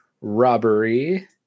robbery